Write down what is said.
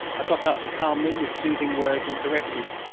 i got up to calm them with soothing words and caresses.